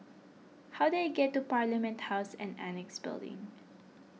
how do I get to Parliament House and Annexe Building